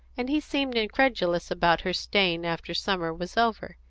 and he seemed incredulous about her staying after summer was over.